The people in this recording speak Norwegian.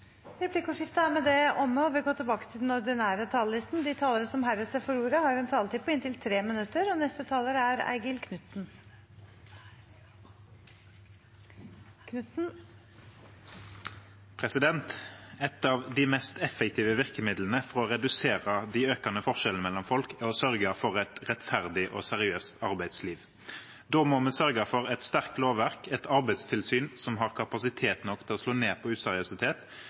Replikkordskiftet er omme. De talerne som heretter får ordet, har en taletid på inntil 3 minutter. Et av de mest effektive virkemidlene for å redusere de økende forskjellene mellom folk er å sørge for et rettferdig og seriøst arbeidsliv. Da må vi sørge for et sterkt lovverk og et arbeidstilsyn som har kapasitet nok til å slå ned på useriøsitet,